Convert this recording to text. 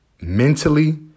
mentally